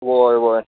हय हय